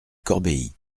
corbéis